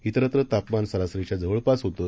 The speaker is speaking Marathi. त्रेरत्र तापमान सरासरीच्या जवळपास होतं